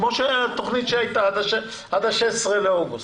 כמו התוכנית שהייתה, עד ה-16 באוגוסט.